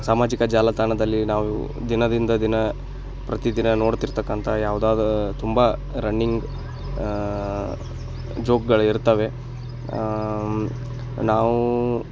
ಸಾಮಾಜಿಕ ಜಾಲತಾಣದಲ್ಲಿ ನಾವು ದಿನದಿಂದ ದಿನ ಪ್ರತಿದಿನ ನೋಡ್ತಿರತಕ್ಕಂಥ ಯಾವ್ದೋ ದಾ ತುಂಬ ರಣ್ಣಿಂಗ್ ಜೋಕ್ಗಳಿರ್ತವೆ ನಾವು